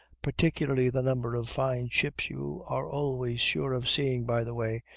particularly the number of fine ships you are always sure of seeing by the way,